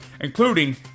including